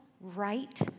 right